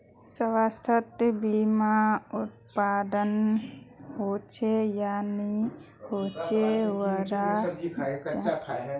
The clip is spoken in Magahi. स्वास्थ्य बीमा उपलब्ध होचे या नी होचे वहार जाँच कुंसम करे करूम?